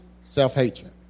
self-hatred